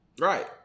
Right